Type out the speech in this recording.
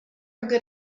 good